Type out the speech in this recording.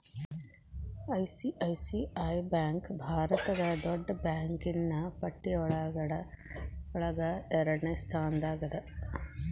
ICICI bank ಭಾರತದ್ ದೊಡ್ಡ್ ಬ್ಯಾಂಕಿನ್ನ್ ಪಟ್ಟಿಯೊಳಗ ಎರಡ್ನೆ ಸ್ಥಾನ್ದಾಗದ